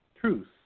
truth